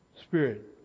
spirit